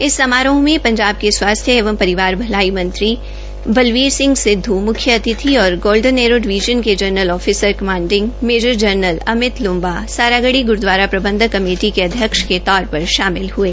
इस समारोह में पंजाब के स्वास्थ्य एवं परिवार भलाई मंत्री बलबीर सिंह सिद्वू मुख्य अतिथि और गोल्डन एरो डिवीज़न के general officer commanding major general Amit Lamba Saragarhi gurdwara प्रबंधन कमेटी के अध्यक्ष के तौर पर शामिल हए